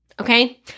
okay